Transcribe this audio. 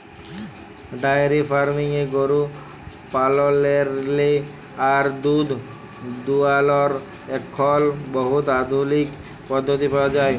diary ফার্মিংয়ে গরু পাললেরলে আর দুহুদ দুয়ালর এখল বহুত আধুলিক পদ্ধতি পাউয়া যায়